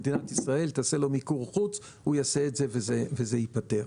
מדינת ישראל תעשה לו מיקור חוץ והוא יעשה את זה וזה ייפתר.